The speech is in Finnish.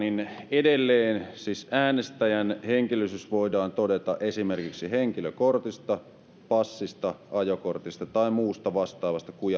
edelleen siis äänestäjän henkilöllisyys voidaan todeta esimerkiksi henkilökortista passista ajokortista tai muusta vastaavasta